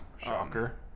Shocker